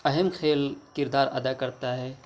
اہم کھیل کردار ادا کرتا ہے